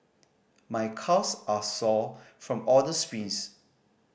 my calves are sore from all the sprints